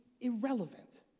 irrelevant